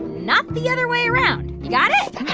not the other way around. you got it?